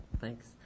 Thanks